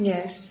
Yes